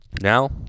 Now